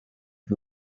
who